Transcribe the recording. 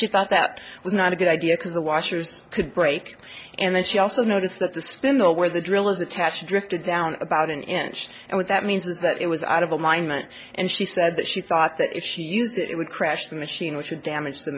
she thought that was not a good idea because the washers could break and then she also noticed that the spindle where the drill is attached drifted down about an inch and what that means is that it was out of a mine meant and she said that she thought that if she used it it would crash the machine which would damage the